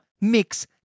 Mix